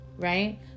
right